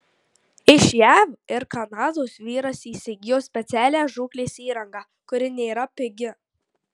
iš jav ir kanados vyras įsigijo specialią žūklės įrangą kuri nėra pigi